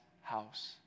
house